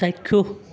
চাক্ষুষ